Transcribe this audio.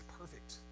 perfect